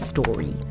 Story